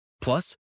Plus